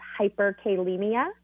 hyperkalemia